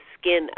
skin